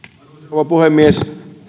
rouva puhemies